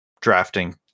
drafting